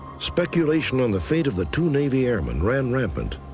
speculation on the fate of the two navy airman ran rampant.